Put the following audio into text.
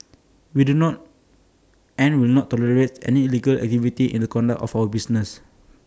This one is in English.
we do not and will not tolerate any illegal activity in the conduct of our business